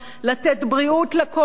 לתת בריאות לכול,